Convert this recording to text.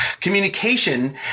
communication